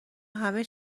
همه